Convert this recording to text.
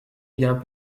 bien